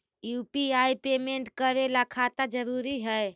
UPI payment करे ला खाता जरूरी है?